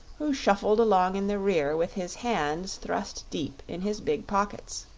who shuffled along in the rear with his hands thrust deep in his big pockets.